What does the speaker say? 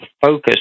focus